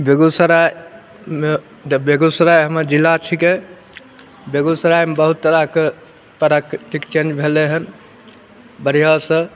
बेगुसरायमे जब बेगुसराय हमर जिला छिकै बेगुसरायमे बहुत तरहके तरहके चैन्ज भेलै हन बढ़िऑं सऽ